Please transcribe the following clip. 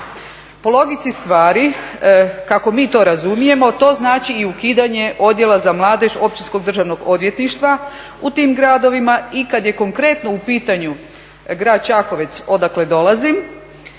Po logici stvari kako mi to razumijemo, to znači i ukidanje odjela za mladež općinskog državnog odvjetništva u tim gradovima i kada je konkretno u pitanju grad Čakovec odakle dolazim